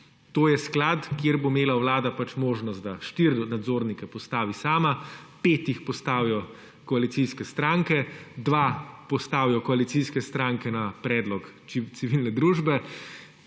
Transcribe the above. To je sklad, kjer bo imela Vlada možnost, da štiri nadzornike postavi sama, pet jih postavijo koalicijske stranke, dva postavijo koalicijske stranke na predlog civilne družbe.